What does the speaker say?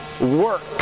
work